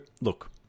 look